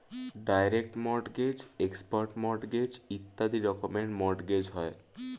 direct mortgage, expert mortgage ইত্যাদি রকমের mortgage হয়